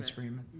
freeman?